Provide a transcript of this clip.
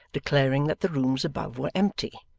declaring that the rooms above were empty.